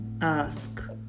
ask